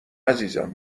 عزیزم